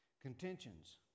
Contentions